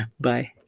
Bye